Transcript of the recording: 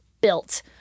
built